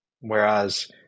Whereas